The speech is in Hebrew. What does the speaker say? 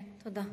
תודה.